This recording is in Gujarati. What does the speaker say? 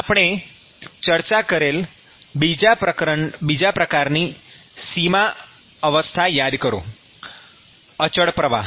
આપણે ચર્ચા કરેલ બીજા પ્રકારની સીમા અવસ્થા યાદ કરો અચળ પ્રવાહ